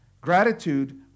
Gratitude